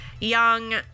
young